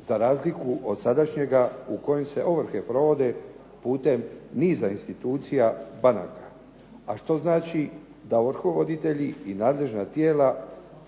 za razliku od sadašnjega u koje se ovrhe provode pute niza institucija banaka. Što znači da ovrhovoditelji i nadležna tijela